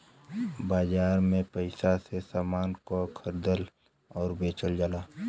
बाजार में पइसा से समान को खरीदल आउर बेचल जाला